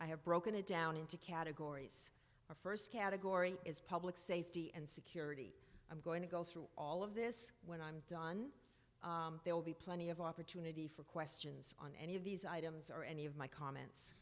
i have broken it down into categories or first category is public safety and security i'm going to go through all of this when i'm done there will be plenty of opportunity for questions on any of these items are any of my comments